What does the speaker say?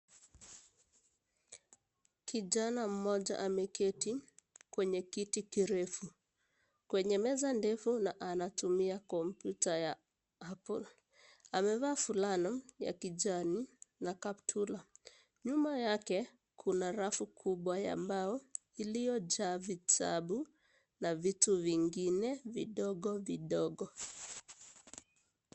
Kijana mmoja ameketi kwenye kiti kirefu, kwenye meza ndefu na anatumia kompyuta ya Apple. Amevaa fulana ya kijani na kaptura. Nyuma yake kuna rafu kubwa ya mbao iliyojaa vitabu na vitu vingine vidogo vidogo.